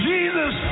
Jesus